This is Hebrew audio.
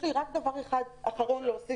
דבר אחרון להוסיף,